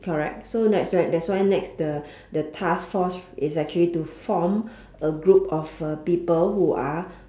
correct so next right that's why next the the task force is actually to form a group of uh people who are